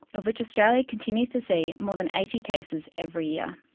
of which australia continues to see more than eighty cases every year.